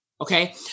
Okay